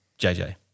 JJ